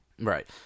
Right